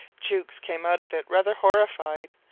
jukes came out of it rather horrified,